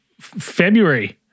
February